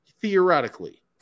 theoretically